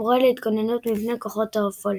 המורה להתגוננות מפני כוחות האופל.